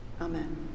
Amen